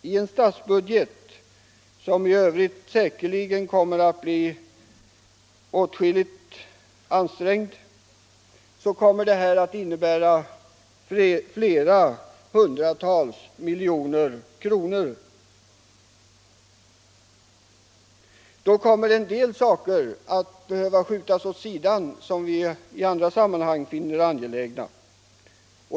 I en statsbudget, som i övrigt kommer att bli åtskilligt ansträngd, kommer enprocentsmålet att innebära att andra och angelägna behov ställs åt sidan.